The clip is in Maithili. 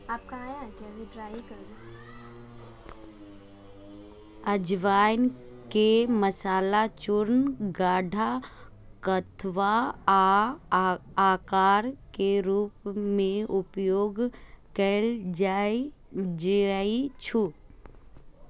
अजवाइन के मसाला, चूर्ण, काढ़ा, क्वाथ आ अर्क के रूप मे उपयोग कैल जाइ छै